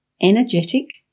energetic